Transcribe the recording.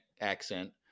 accent